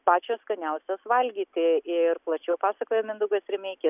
pačios skaniausios valgyti ir plačiau pasakoja mindaugas rimeikis